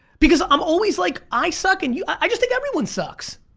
because i'm always like i suck and you, i just think everyone sucks.